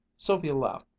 sylvia laughed,